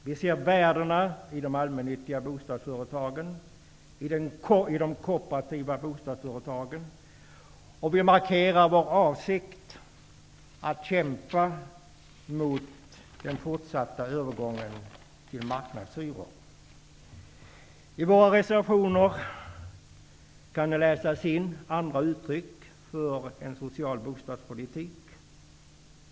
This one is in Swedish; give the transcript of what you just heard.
Vi ser värdena i de allmännyttiga bostadsföretagen och i de kooperativa bostadsföretagen. Vi markerar vår avsikt att kämpa mot den fortsatta övergången till marknadshyror. I våra reservationer kan det läsas in även andra uttryck för en social bostadspolitik.